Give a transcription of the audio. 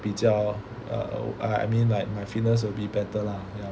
比较 err I mean like my fitness will be better lah ya